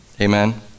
Amen